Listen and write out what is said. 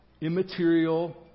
immaterial